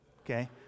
Okay